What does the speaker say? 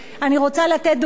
אני רוצה לתת דוגמה.